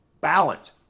Balance